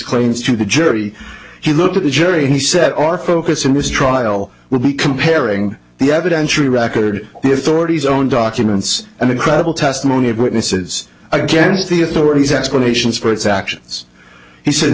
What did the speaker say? claims to the jury he looked at the jury he said our focus in this trial will be comparing the evidentiary record the authorities own documents and the credible testimony of witnesses against the authorities explanations for its actions he said